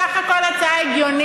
מפתיע, בסך הכול, הצעה הגיונית,